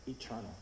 eternal